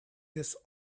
this